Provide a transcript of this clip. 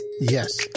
Yes